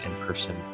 in-person